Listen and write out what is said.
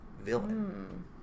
villain